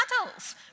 adults